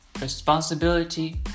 responsibility